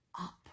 up